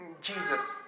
Jesus